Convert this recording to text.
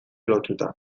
lotuta